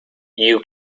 you